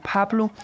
Pablo